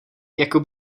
jako